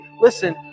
listen